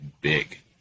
big